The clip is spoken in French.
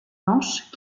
manches